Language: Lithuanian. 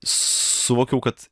suvokiau kad